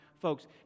folks